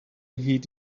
heed